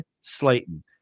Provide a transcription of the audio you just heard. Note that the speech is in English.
Slayton